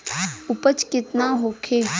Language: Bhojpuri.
उपज केतना होखे?